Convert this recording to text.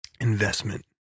Investment